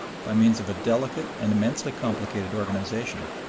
by means of a delicate and immensely complicated organization,